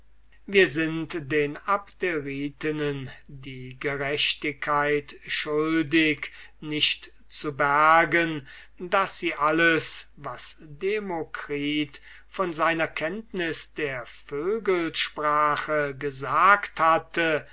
wir sind den abderitinnen die gerechtigkeit schuldig nicht zu bergen daß sie alles was demokritus von seiner kenntnis der vögelsprache gesagt hatte